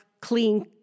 clean